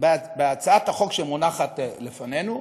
בהצעת החוק שמונחת לפנינו,